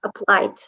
applied